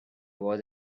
was